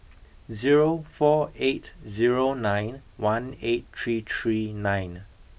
zero four eight zero nine one eight three three nine